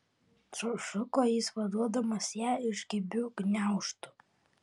sušuko jis vaduodamas ją iš kibių gniaužtų